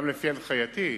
גם על-פי הנחייתי,